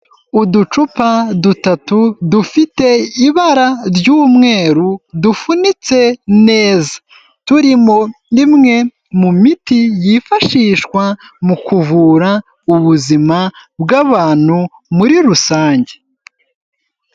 Uducupa dutatu, dufite ibara ry'umweru, dufunitse neza. Turimo imwe mu miti yifashishwa, mu kuvura ubuzima bw'abantu, muri rusange.